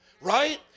Right